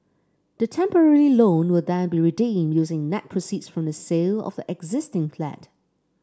the temporary loan will then be redeemed using net proceeds from the sale of the existing flat